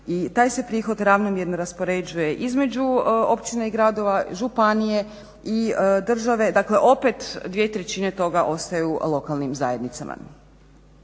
i taj se prihod ravnomjerno raspoređuje između općine i gradova, županije i države. Dakle, opet dvije trećine toga ostaju lokalnim zajednicama.